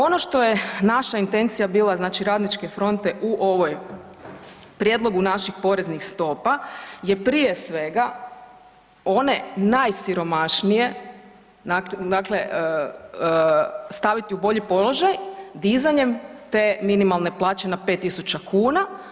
Ono što je naša intencija bila Radničke fronte u ovom prijedlogu naših poreznih stopa je prije svega one najsiromašnije, dakle staviti u bolji položaj dizanjem te minimalne plaće na 5.000 kuna.